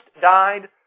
died